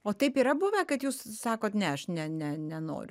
o taip yra buvę kad jūs sakot ne aš ne ne nenoriu